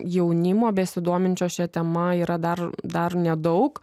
jaunimo besidominčio šia tema yra dar dar nedaug